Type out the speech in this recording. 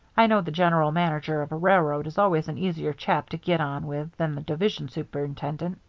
i know the general manager of a railroad is always an easier chap to get on with than the division superintendent.